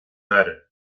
aire